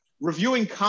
reviewing